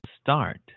start